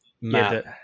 map